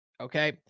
okay